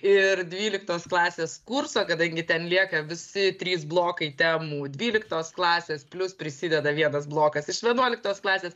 ir dvyliktos klasės kurso kadangi ten lieka visi trys blokai temų dvyliktos klasės plius prisideda vienas blokas iš vienuoliktos klasės